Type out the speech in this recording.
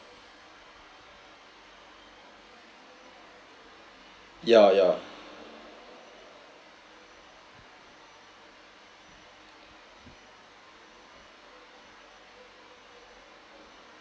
ya ya